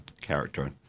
character